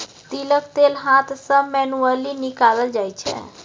तिलक तेल हाथ सँ मैनुअली निकालल जाइ छै